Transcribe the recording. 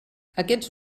aquests